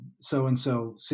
so-and-so